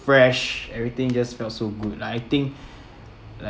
fresh everything just felt so good like I think like